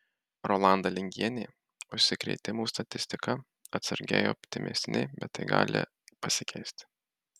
rolanda lingienė užsikrėtimų statistika atsargiai optimistinė bet tai gali pasikeisti